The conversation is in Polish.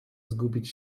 zgubić